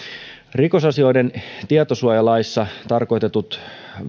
rikosasioiden tietosuojalaissa tarkoitetut